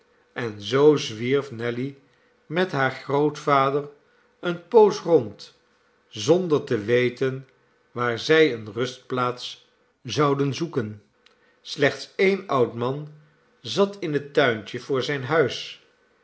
en zoo zwierf nelly met haar grootvader eene poos rond zonder te weten waar zij eene rustplaats zouden zoeken slechts een oud man zat in het tuintje voor zijn huis